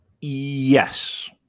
yes